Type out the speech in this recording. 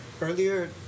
earlier